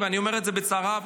ואני אומר את זה בצער רב,